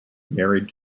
married